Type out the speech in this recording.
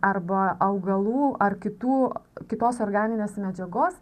arba augalų ar kitų kitos organinės medžiagos